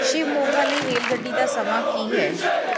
ਸ਼ਿਵਮੋਗਾ ਲਈ ਰੇਲਗੱਡੀ ਦਾ ਸਮਾਂ ਕੀ ਹੈ